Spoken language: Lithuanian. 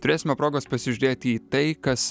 turėsime progos pasižiūrėti į tai kas